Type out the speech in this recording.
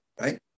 right